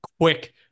quick